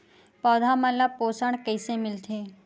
पौधा मन ला पोषण कइसे मिलथे?